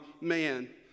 man